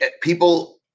people